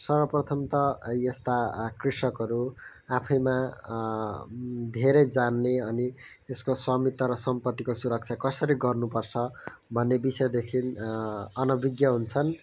सर्वप्रथम त अब यस्ता कृषकहरू आफैमा धेरै जान्ने अनि त्यसको स्वामित्व र सम्पत्तिको सुरक्षा कसरी गर्नुपर्छ भन्ने विषयदेखि अनभिज्ञ हुन्छन्